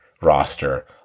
roster